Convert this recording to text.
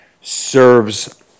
serves